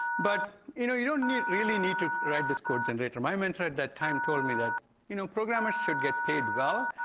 but you know you don't really need to write this code generator. my mentor at that time told me that you know programmers should get paid well,